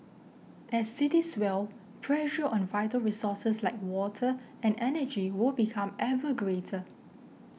as cities swell pressure on vital resources like water and energy will become ever greater